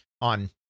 on